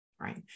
Right